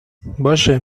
باشه